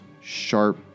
sharp